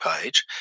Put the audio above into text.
page